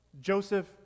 Joseph